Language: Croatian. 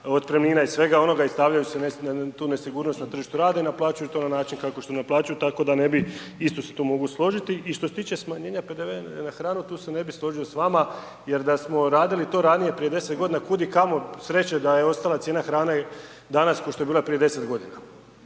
otpremnina i svega onoga i stavljaju tu nesigurnost na tržištu rada i naplaćuju to na način kako što naplaćuju tako da ne bi, isto se tu mogu složiti. I što se tiče smanjenja PDV-a na hranu tu se ne bih složio s vama jer da smo radili to ranije prije 10 godina kudikamo sreće da je ostala cijena hrane danas kao što je bila i prije 10 godina.